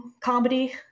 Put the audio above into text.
comedy